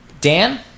Dan